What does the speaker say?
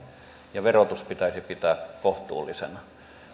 ja verotus pitäisi pitää kohtuullisena